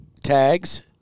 tags